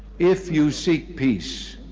if you seek peace,